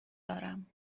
دارم